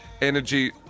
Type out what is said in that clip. Energy